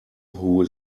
who